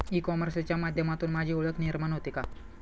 E कॉमर्सच्या माध्यमातून माझी ओळख निर्माण होते का?